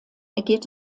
geht